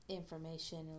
information